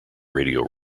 radio